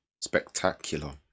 spectacular